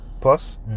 Plus